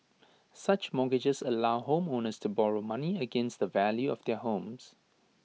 such mortgages allow homeowners to borrow money against the value of their homes